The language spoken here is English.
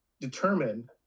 determine